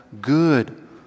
good